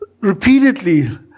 repeatedly